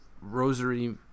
rosary